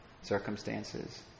circumstances